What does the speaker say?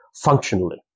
functionally